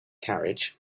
carriage